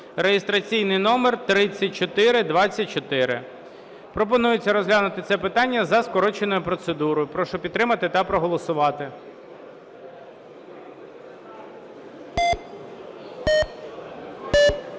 (реєстраційний номер 3424). Пропонується розглянути це питання за скороченою процедурою. Прошу підтримати та проголосувати.